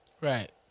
Right